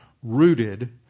Rooted